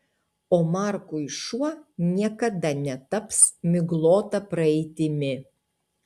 o markui šuo niekada netaps miglota praeitimi